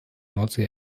nordsee